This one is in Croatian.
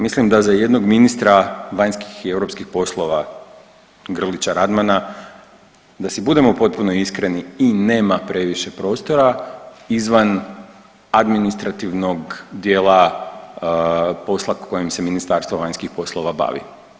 Mislim da za jednog ministra vanjskih i europskih poslova Grlića Radmana, da si budemo potpuno iskreni i nema previše prostora izvan administrativnog dijela posla kojim se Ministarstvo vanjskih poslova bavi.